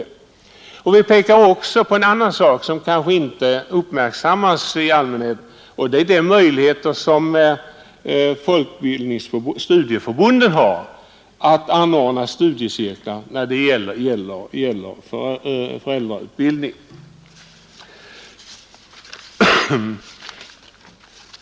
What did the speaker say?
Utskottet pekar också på en annan sak, som kanske inte uppmärksammas i allmänhet, nämligen de möjligheter som studieförbunden har att anordna studiecirklar avseende föräldrautbildning.